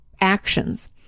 actions